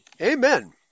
Amen